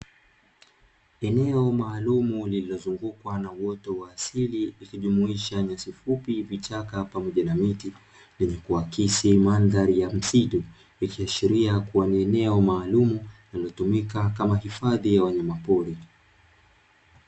Eneo maalumu lililozungukwa na uoto wa asili ikijumuisha nyasi fupi, vichaka pamoja na miti, lenye kuakisi mandhari ya msitu, ikiashiria kuwa ni eneo maalumu, linalotumika kama hifadhi ya wanyamapori.